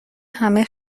همه